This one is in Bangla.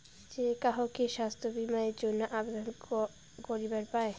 যে কাহো কি স্বাস্থ্য বীমা এর জইন্যে আবেদন করিবার পায়?